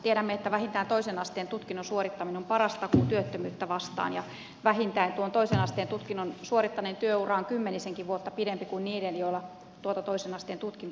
tiedämme että vähintään toisen asteen tutkinnon suorittaminen on paras takuu työttömyyttä vastaan ja vähintään tuon toisen asteen tutkinnon suorittaneen työura on kymmenisenkin vuotta pidempi kuin niiden joilla tuota toisen asteen tutkintoa ei ole